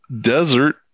desert